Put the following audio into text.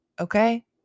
okay